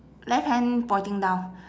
left hand pointing down